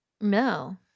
No